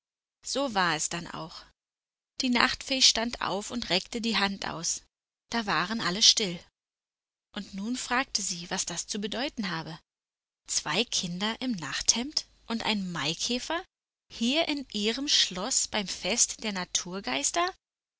so war es denn auch die nachtfee stand auf und reckte die hand aus da waren alle still und nun fragte sie was das zu bedeuten habe zwei kinder im nachthemd und ein maikäfer hier in ihrem schloß beim fest der naturgeister